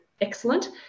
excellent